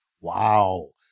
Wow